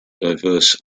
diverse